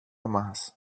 μας